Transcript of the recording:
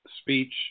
speech